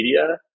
media